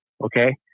Okay